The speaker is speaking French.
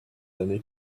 années